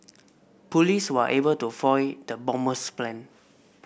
police were able to foil the bomber's plan